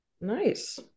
Nice